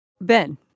Ben